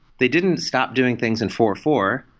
they didn't stop doing things in four four,